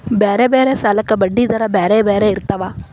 ಬೇರೆ ಬೇರೆ ಸಾಲಕ್ಕ ಬಡ್ಡಿ ದರಾ ಬೇರೆ ಬೇರೆ ಇರ್ತದಾ?